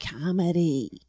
comedy